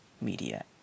Media